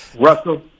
Russell